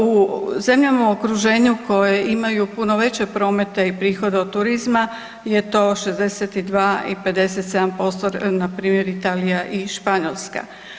U zemljama u okruženju koje imaju puno veće promete i prihode od turizma je to 62 i 57% na primjer Italija i Španjolska.